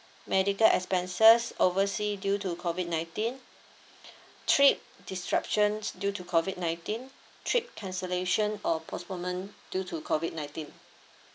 medical expenses oversea due to COVID nineteen trip disruptions due to COVID nineteen trip cancellation or postponement due to COVID nineteen